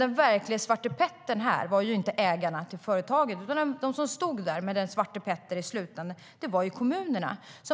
Den verklige svartepettern var inte ägarna till företaget, utan de som stod där med svartepettern i slutändan var kommunerna.